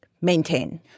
maintain